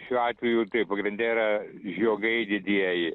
šiuo atveju taip pagrinde yra žiogai didieji